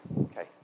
Okay